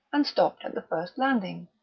and stopped at the first landing.